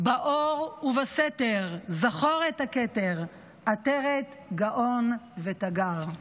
באור ובסתר זכור את הכתר / עטרת גאון ותגר".